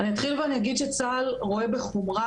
אני אתחיל ואני אגיד שצה"ל רואה בחומרה